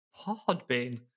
Podbean